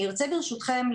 ברשותכם,